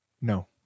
No